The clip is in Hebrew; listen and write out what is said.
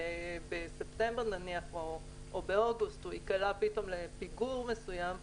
ובספטמבר או באוגוסט נניח הוא ייקלע פתאום לפיגור מסוים,